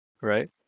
Right